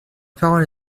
parole